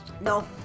No